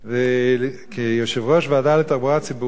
כיושב-ראש הוועדה לתחבורה הציבורית,